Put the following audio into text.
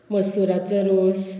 मसुराचो रोस